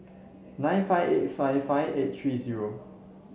nine five eight five five eight three zero